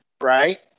Right